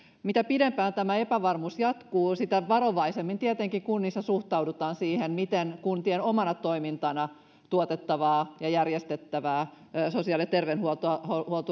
mitä pidempään tämä epävarmuus jatkuu sitä varovaisemmin tietenkin kunnissa suhtaudutaan siihen miten kuntien omana toimintana tuotettavaa ja järjestettävää sosiaali ja terveydenhuoltoa